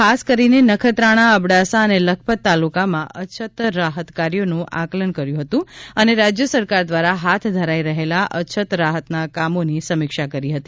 ખાસ કરીને નખત્રાણા અબડાસા અને લખપત તાલુકામાં અછત રાહત કાર્યોનું આકલન કર્યું હતું અને રાજ્ય સરકાર દ્વારા હાથ ધરાઇ રહેલા અછત રાહતના કામોની સમીક્ષા કરી હતી